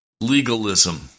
legalism